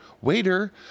Waiter